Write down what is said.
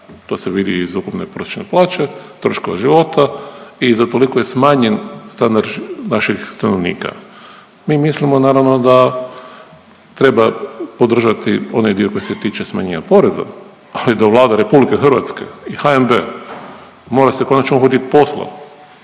To se vidi i iz ukupne prosječne plaće, troškova života i za toliko je smanjen standard naših stanovnika. Mi mislimo naravno da treba podržati onaj dio koji se tiče smanjenja poreza, ali da Vlada RH i HNB mora se konačno uhvatit posla